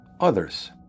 others